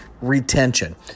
retention